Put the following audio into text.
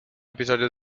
episodio